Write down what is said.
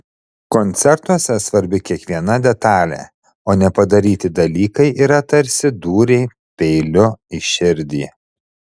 koncertuose svarbi kiekviena detalė o nepadaryti dalykai yra tarsi dūriai peiliu į širdį